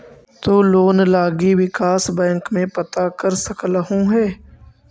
तु लोन लागी विकास बैंक में पता कर सकलहुं हे